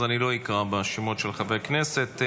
אז לא אקרא בשמות חברי הכנסת.